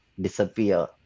disappear